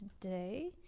today